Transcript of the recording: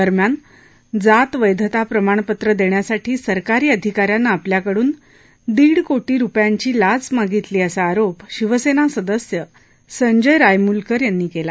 दरम्यान जात वैधता प्रमाणपत्र देण्यासाठी सरकारी अधिकाऱ्यानं आपल्याकडून दीड कोटी रुपयांची लाच मागितली असा आरोप शिवसेना सदस्य संजय रायमुलकर यांनी केला